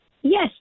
Yes